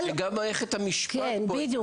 גם מערכת המשפט פה --- בדיוק.